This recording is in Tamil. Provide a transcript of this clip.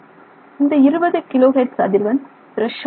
இந்த 20 கிலோ ஹெர்ட்ஸ் அதிர்வெண் திரேஷால்டு அதிர்வெண்